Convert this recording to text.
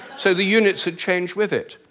so the units would change with it!